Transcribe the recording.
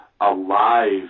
alive